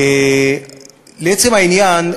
לעצם העניין,